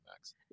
Max